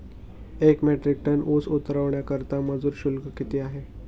एक metric tonne ऊस उतरवण्याकरता मजूर शुल्क किती आहे?